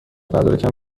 مدارکم